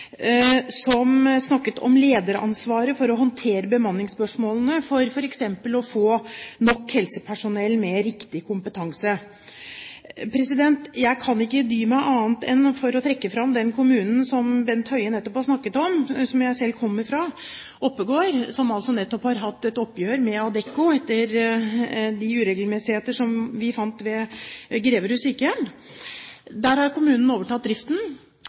som snakket om lederansvaret for å håndtere bemanningsspørsmålene, for f.eks. å få nok helsepersonell med riktig kompetanse. Jeg kan ikke dy meg for å trekke fram den kommunen som Bent Høie nettopp har snakket om, som jeg selv kommer fra, Oppegård, og som altså nettopp har hatt et oppgjør med Adecco etter de uregelmessighetene vi fant ved Greverud sykehjem. Der har kommunen overtatt driften,